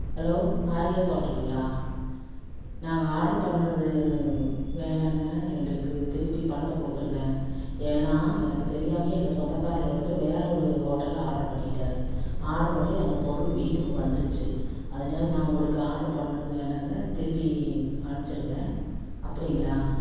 hello Aryas ஹோட்டலுங்களா நாங்கள் order பண்ணுனது வேண்டாங்க எங்களுக்கு திருப்பி பணத்தை கொடுத்துருங்க ஏன்னா எனக்கு தெரியாமயே எங்கள் சொந்தகார்ல ஒருத்தர் வேற ஒரு ஹோட்டல்ல ஆர்டரு பண்ணிட்டார் ஆர்டரு பண்ணி அந்த பொருள் வீட்டுக்கும் வந்துருச்சு அதனால் நான் உங்களுக்கு ஆர்டரு பண்ணது வேண்டாங்க திருப்பி அனுப்பிச்சிருங்க அப்படிங்களா